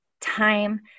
time